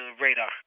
radar